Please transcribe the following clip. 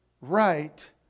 right